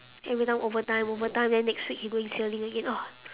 every time overtime overtime then next week he going sailing again ugh